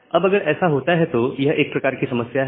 अब अगर ऐसा होता है तो यह एक प्रकार की समस्या है